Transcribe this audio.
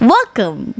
Welcome